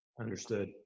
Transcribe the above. Understood